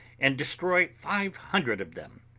and destroy five hundred of them.